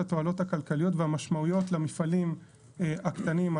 התועלות הכלכליות והמשמעויות למפעלים הקטנים.